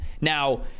now